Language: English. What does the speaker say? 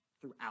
throughout